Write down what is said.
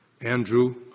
Andrew